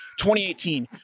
2018